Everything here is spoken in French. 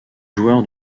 joueur